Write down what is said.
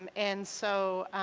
and and so